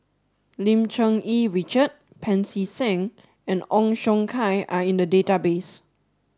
Lim Cherng Yih Richard Pancy Seng and Ong Siong Kai are in the database